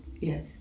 Yes